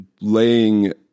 laying